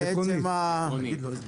מעצם --- עקרונית.